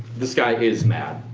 this guy is mad.